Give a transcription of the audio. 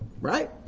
Right